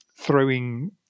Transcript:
throwing